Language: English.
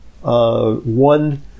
one